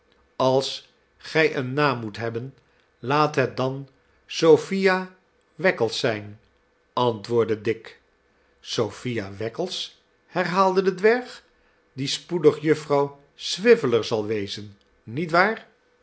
als gij een naam moet hebben laat het dan sophia wackles zijn antwoordde dick sophia wackles herhaalde de dwerg die spoedig jufvrouw swiveller zal wezen niet waar